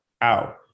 out